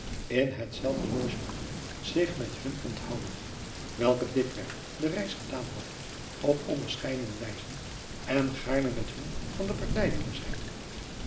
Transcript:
in hetzelfde logement zich met hun onthoudende welke dikwerf de reis gedaan had op onderscheidene wijzen en gaarne met hun van de partij wilde zijn